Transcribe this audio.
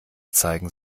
zeigen